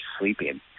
sleeping